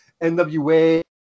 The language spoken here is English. NWA